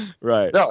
Right